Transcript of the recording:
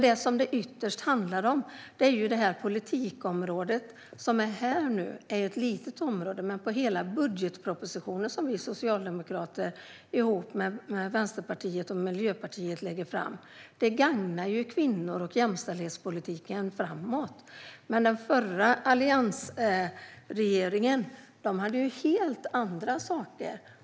Det handlar ytterst om att politikområdet är ett litet område. Men hela budgetpropositionen som vi socialdemokrater tillsammans med Vänsterpartiet och Miljöpartiet har lagt fram gagnar kvinnor och jämställdhetspolitiken framåt. Den förra alliansregeringen gjorde helt andra saker.